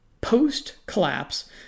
Post-collapse